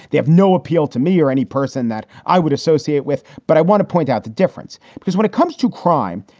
they have no appeal to me or any person that i would associate with. but i want to point out the difference, because when it comes to crime,